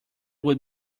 would